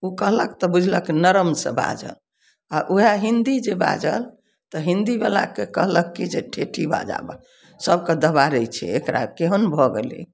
ओ कहलक तऽ बुझलक नरम सऽ बाजल आ वएह हिन्दी जे बाजल तऽ हिन्दीवलाके कहलक की जे ठेठी बाजा सबके दबाड़ै छै एकरा केहन भऽ गेलै